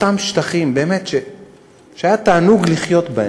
אותם שטחים שהיה תענוג לחיות בהם.